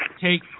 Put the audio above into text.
take